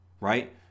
right